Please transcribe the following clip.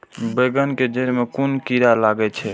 बेंगन के जेड़ में कुन कीरा लागे छै?